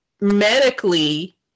medically